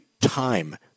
time